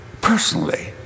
personally